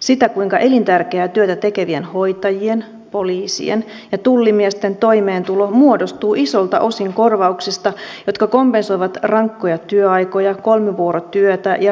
sitä kuinka elintärkeää työtä tekevien hoitajien poliisien ja tullimiesten toimeentulo muodostuu isolta osin korvauksista jotka kompensoivat rankkoja työaikoja kolmivuorotyötä ja ruuhkaisia hetkiä